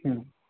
হুম